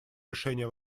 решения